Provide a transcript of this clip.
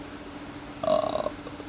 uh